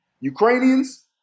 Ukrainians